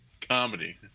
Comedy